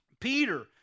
Peter